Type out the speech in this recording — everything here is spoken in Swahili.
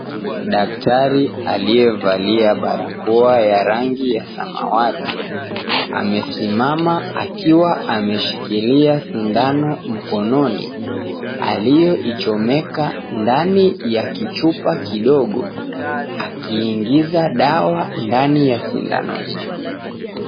Daktari aliyevalia barakoa ya rangi ya samawati amesimama akiwa ameshikilia sindano mkononi aliyoichomeka ndani ya kichupa kidogo akiingiza dawa ndani ya sindano hio.